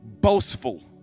boastful